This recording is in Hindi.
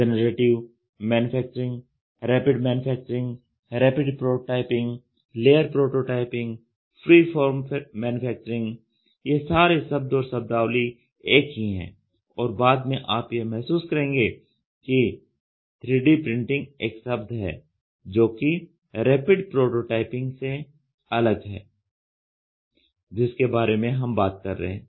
generative manufacturing rapid manufacturing rapid prototyping layer prototyping freeform manufacturing यह सारे शब्द और शब्दावली एक ही है और बाद में आप यह महसूस करेंगे कि 3D प्रिंटिंग एक शब्द है जोकि रैपिड प्रोटोटाइपिंग से अलग है जिसके बारे में हम बात कर रहे हैं